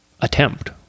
attempt